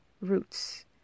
roots